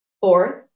Fourth